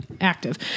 active